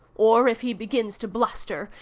or, if he begins to bluster,